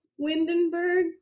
Windenburg